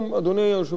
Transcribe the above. אדוני היושב-ראש,